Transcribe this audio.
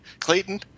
Clayton